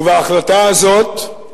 ובהחלטה הזאת,